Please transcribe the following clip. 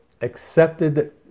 accepted